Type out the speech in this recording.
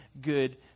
good